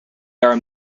are